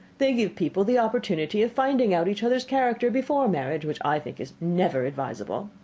they give people the opportunity of finding out each other's character before marriage, which i think is never advisable.